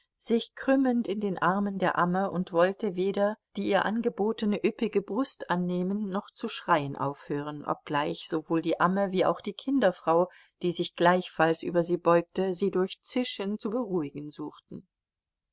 sich krümmend in den armen der amme und wollte weder die ihr angebotene üppige brust annehmen noch zu schreien aufhören obgleich sowohl die amme wie auch die kinderfrau die sich gleichfalls über sie beugte sie durch zischen zu beruhigen suchten